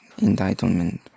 entitlement